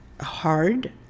hard